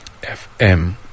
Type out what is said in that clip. FM